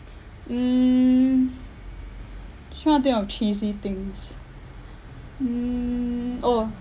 mm should not think of cheesy things mm oh